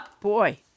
Boy